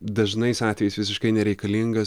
dažnais atvejais visiškai nereikalingas